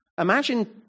Imagine